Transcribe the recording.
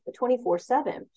24-7